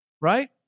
right